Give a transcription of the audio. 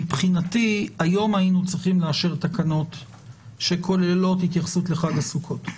מבחינתי היום היינו צריכים לאשר תקנות שכוללות התייחסות לחג הסוכות,